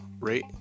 rate